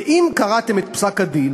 ואם קראתם את פסק-הדין